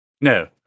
No